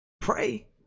pray